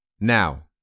Now